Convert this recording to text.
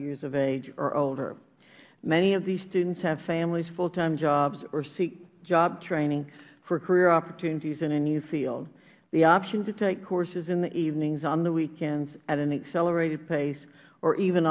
years of age or older many of these students have families full time jobs or seek job training for career opportunities in a new field the option to take courses in the evenings on the weekends at an accelerated pace or even